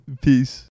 Peace